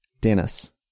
Dennis